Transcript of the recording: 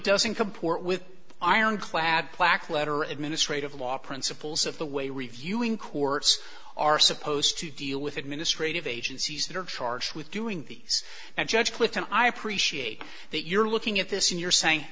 doesn't comport with ironclad blackletter administrate of law principles of the way reviewing courts are supposed to deal with administrative agencies that are charged with doing these and judge clifton i appreciate that you're looking at this and you're saying